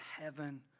heaven